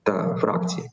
ta frakcija